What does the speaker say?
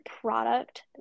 product